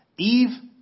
Eve